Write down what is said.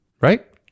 right